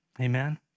Amen